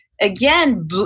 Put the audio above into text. again